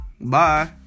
bye